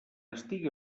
estigui